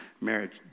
marriage